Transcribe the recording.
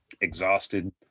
exhausted